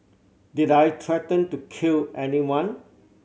did I threaten to kill anyone